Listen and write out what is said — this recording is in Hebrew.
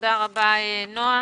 תודה רבה, נועה.